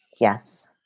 Yes